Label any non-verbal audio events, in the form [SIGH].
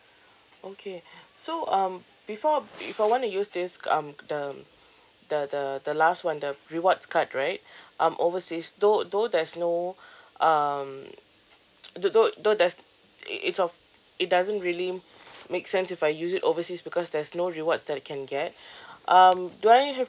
okay so um before if I wanna use this um the the the the last one the rewards card right um overseas though though there's no um [NOISE] though though though there's it's of it doesn't really make sense if I use it overseas because there's no rewards that I can get um do I have